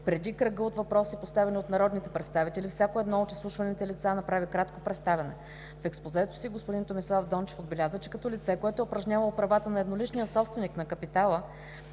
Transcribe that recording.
преди кръга от въпроси, поставени от народните представители, всяко едно от изслушваните лица направи кратко представяне. В експозето си господин Томислав Дончев отбеляза, че като лице, което е упражнявало правата на едноличния собственик на капитала